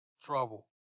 trouble